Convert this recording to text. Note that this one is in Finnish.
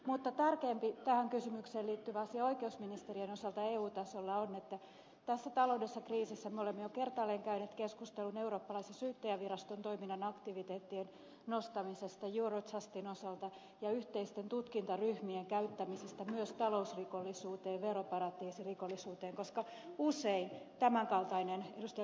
mutta tärkeämpi tähän kysymykseen liittyvä asia oikeusministeriön osalta eu tasolla on että tässä taloudellisessa kriisissä me olemme jo kertaalleen käyneet keskustelun eurooppalaisen syyttäjäviraston toiminnan aktiviteettien nostamisesta eurojustin osalta ja yhteisten tutkintaryhmien käyttämisestä myös talousrikollisuuteen veroparatiisirikollisuuteen koska usein tämän kaltainen ed